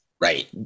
Right